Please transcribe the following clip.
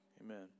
Amen